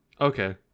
okay